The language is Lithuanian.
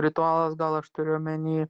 ritualas gal aš turiu omeny